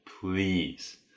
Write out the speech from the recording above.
please